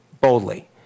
boldly